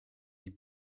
die